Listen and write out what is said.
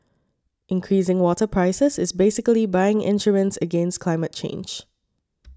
increasing water prices is basically buying insurance against climate change